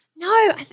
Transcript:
No